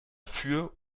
für